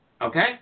Okay